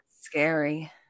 scary